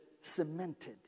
cemented